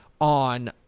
on